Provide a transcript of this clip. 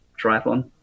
triathlon